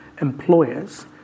employers